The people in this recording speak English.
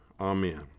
amen